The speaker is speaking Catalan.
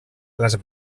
les